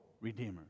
Redeemer